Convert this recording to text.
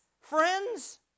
friends